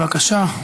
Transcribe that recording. בבקשה.